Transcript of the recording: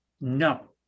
no